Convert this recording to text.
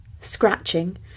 scratching